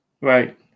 right